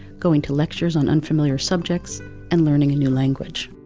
going to lectures on unfamiliar subjects and learning a new language.